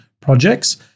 projects